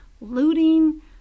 looting